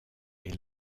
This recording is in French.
est